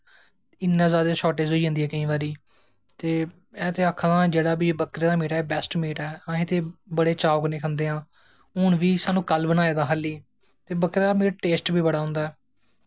इन्ना जादा शॉर्टेज़ होई जंदी ऐ केंई बारी ते में ते आक्खा दा ऐं जेह्ड़ा बी मीट ऐ बकरे दा एह् बैस्ट मीट ऐ अस ते बड़े चाऽ कन्नैं खंदे ऐं ते हून बी कल बनाए दा अज़ें ते बकरे दा मीट टेस्ट बी बड़ा होंदा ऐ